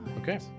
Okay